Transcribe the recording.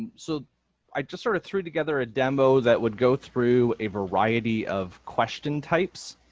and so i just sort of threw together a demo that would go through a variety of question types